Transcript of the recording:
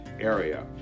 area